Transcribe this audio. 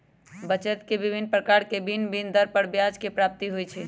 बचत के विभिन्न प्रकार से भिन्न भिन्न दर पर ब्याज के प्राप्ति होइ छइ